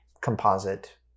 composite